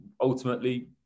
ultimately